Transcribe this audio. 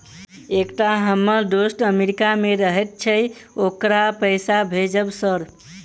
एकटा हम्मर दोस्त अमेरिका मे रहैय छै ओकरा पैसा भेजब सर?